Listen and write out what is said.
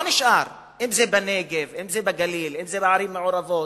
לא נשאר, אם בנגב, אם בגליל, אם בערים מעורבות,